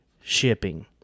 shipping